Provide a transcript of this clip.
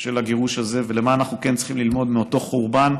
של הגירוש הזה ומה אנחנו צריכים ללמוד מאותו חורבן,